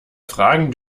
fragen